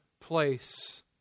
place